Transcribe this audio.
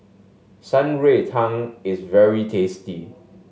Shan Rui Tang is very tasty